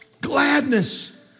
Gladness